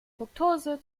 fruktose